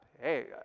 hey